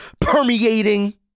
permeating